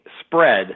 spread